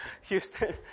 Houston